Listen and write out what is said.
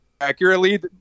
accurately